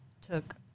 took